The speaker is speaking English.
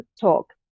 talk